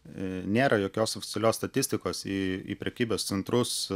nėra jokios oficialios statistikos į prekybos centrus